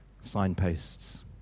signposts